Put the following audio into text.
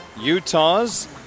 Utah's